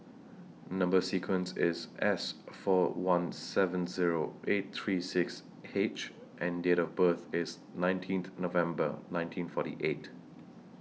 Number sequence IS S four one seven Zero eight three six H and Date of birth IS nineteenth November nineteen forty eight